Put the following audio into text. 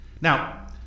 Now